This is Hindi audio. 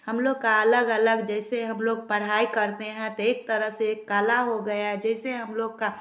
हम लोग का अलग अलग जैसे हम लोग पढ़ाई करते हैं तो एक तरह से एक कला हो गया जैसे हम लोग का